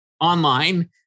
online